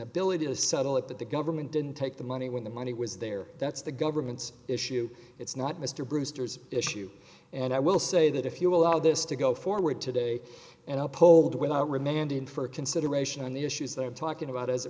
ability to settle it that the government didn't take the money when the money was there that's the government's issue it's not mr brewster's issue and i will say that if you allow this to go forward today and i polled with remanding for consideration on the issues that i'm talking about as it